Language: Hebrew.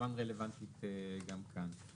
כמובן רלוונטית גם כאן.